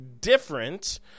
different